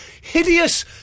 hideous